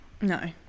No